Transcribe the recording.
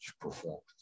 performance